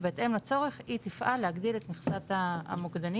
ובהתאם לצורך היא תפעל להגדיל את מכסת המוקדנים.